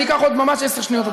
אני אקח ממש עוד עשר שניות,